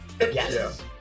Yes